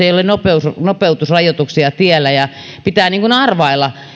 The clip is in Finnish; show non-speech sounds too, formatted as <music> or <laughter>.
<unintelligible> ei ole nopeusrajoituksia tiellä ja pitää arvailla